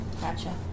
Gotcha